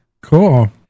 Cool